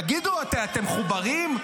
תגידו, אתם מחוברים?